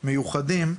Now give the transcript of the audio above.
מיוחדים.